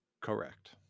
Correct